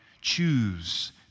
choose